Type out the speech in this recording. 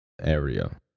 area